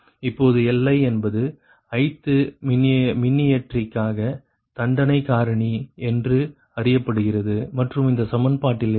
இப்பொழுது Li என்பது ith மின்னியற்றிக்காக தண்டனை காரணி என்று அறியப்படுகிறது மற்றும் இந்த சமன்பாட்டிலிருந்து